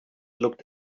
looked